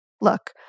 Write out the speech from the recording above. Look